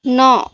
ন